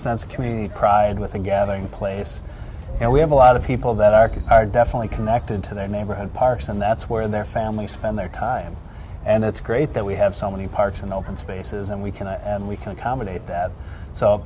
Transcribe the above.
sense of community pride with a gathering place and we have a lot of people that are are definitely connected to their neighborhood parks and that's where their families spend their time and it's great that we have so many parks and open spaces and we can and we can accommodate that so